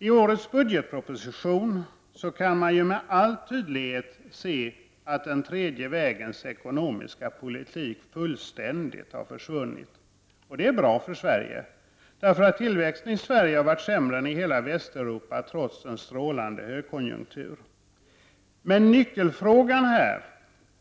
I årets budgetproposition kan man med all tydlighet se att den tredje vägens ekonomiska politik fullständigt har försvunnit. Det är bra för Sverige, för tillväxten i Sverige har varit sämre än i hela Västeuropa, trots en strålande högkonjunktur. Nyckelfrågan här